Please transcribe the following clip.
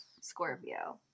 Scorpio